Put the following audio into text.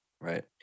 Right